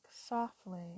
softly